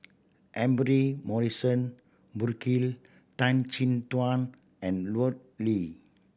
Humphrey Morrison Burkill Tan Chin Tuan and Lut Ali